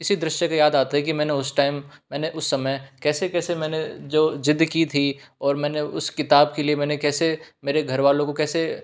इसी दृश्य का याद आता है कि मैंने उस टाइम मैंने उस समय कैसे कैसे मैंने जो जिद की थी और मैंने उस किताब के लिए मैंने कैसे मेरे घरवालों को कैसे